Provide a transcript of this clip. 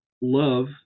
love